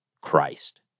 Christ